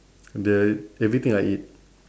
the everything I eat